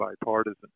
bipartisan